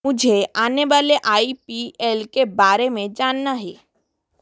मुझे आ नेवाले आई पी एल के बारे में जानना है